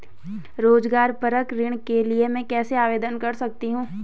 रोज़गार परक ऋण के लिए मैं कैसे आवेदन कर सकतीं हूँ?